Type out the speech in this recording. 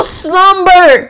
slumber